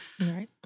right